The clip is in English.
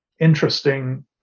interesting